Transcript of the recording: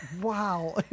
Wow